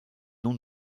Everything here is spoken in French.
noms